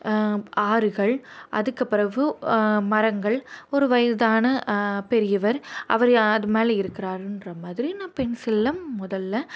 ஆறுகள் அதுக்குப்பிறவு மரங்கள் ஒரு வயதான பெரியவர் அவர் யா அது மேலே இருக்கிறாருன்ற மாதிரி நான் பென்சில்ல முதல்ல